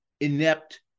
inept